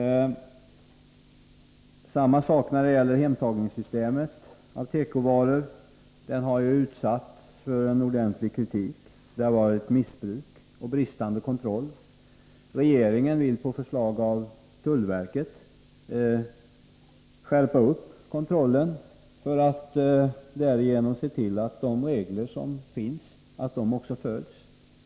Samma sak gäller för hemtagningssystemet. Detta har utsatts för ordentlig kritik, det har talats om missbruk och bristande kontroll. Regeringen vill, på förslag av tullverket, skärpa kontrollen för att därigenom se till att de regler som finns också följs.